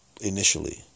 initially